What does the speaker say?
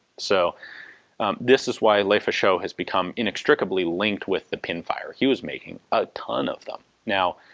so this is why lefacheaux has become inextricably linked with the pinfire, he was making a ton of them. now,